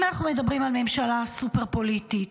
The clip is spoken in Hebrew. אנחנו מדברים על ממשלה סופר-פוליטית,